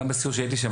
גם בסיור כשהייתי שם,